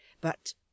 But—